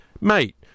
mate